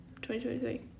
2023